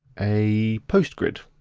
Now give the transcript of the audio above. a post grid,